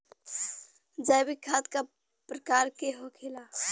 जैविक खाद का प्रकार के होखे ला?